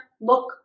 look